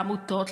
לעמותות,